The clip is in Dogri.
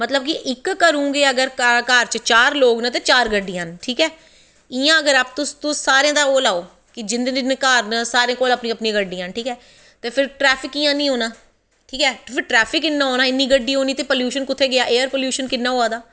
मतलव इक घर च अगर चार लोग न ते चार गड्डियां न ठीक ऐ इयां अगर तुससारें दा ओह् लाओ जिंदे जिंदे घर न सारें कोल अपनी अपनी गड्डियां न ठीक ऐ ते फिर ट्रैफिक कियां नी होनां ठीक ऐ फिर ट्रैफिक इन्ना होनां इन्नी गड्डी होनी ते प्लयूशन कुत्थें गेी एयर प्लयूशन किन्ना होया